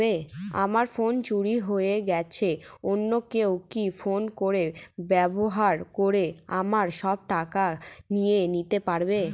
আমার ফোন চুরি হয়ে গেলে অন্য কেউ কি ফোন পে ব্যবহার করে আমার সব টাকা নিয়ে নিতে পারবে?